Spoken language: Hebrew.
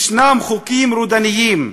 יש חוקים רודניים.